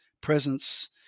presence